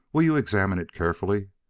will you examine it carefully?